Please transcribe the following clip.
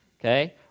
okay